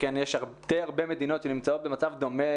שכן יש הרבה מאוד מדינות שנמצאות במצב דומה